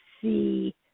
see